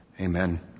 Amen